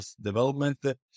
development